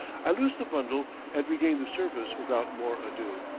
i loose the bundle and regain the surface without more ado.